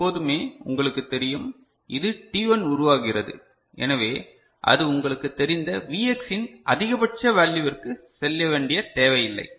எப்போதுமே உங்களுக்குத் தெரியும் இது t1 உருவாகிறது எனவே அது உங்களுக்குத் தெரிந்த Vx இன் அதிகபட்ச வேல்யுவிற்கு செல்ல வேண்டிய தேவை இல்லை